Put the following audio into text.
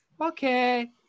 Okay